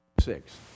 six